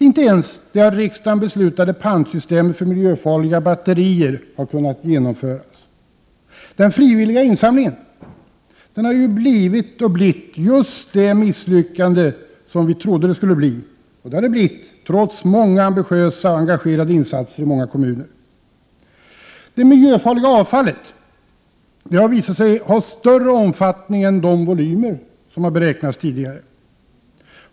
Inte ens det av riksdagen beslutade pantsystemet för miljöfarliga batterier har kunnat genomföras. Den frivilliga insamlingen har blivit just det misslyckande som vi trodde att den skulle bli. Det har den blivit trots många ambitiösa och engagerade insatser i många kommuner. Det miljöfarliga avfallet har visat sig ha större omfattning än de volymer som har beräknats tidigare.